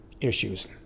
issues